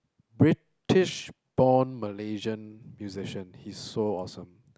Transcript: British born Malaysian musician he's so awesome